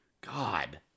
God